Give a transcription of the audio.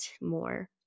more